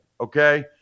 okay